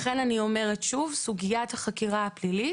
לכן אני אומרת שוב: סוגיית החקירה הפלילית,